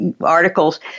articles